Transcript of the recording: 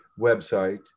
website